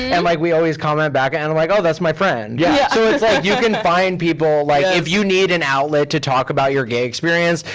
and like we always comment back, and i'm like, oh that's my friend. yeah so, it's like you can find people. like if you need an outlet to talk about your gay experience,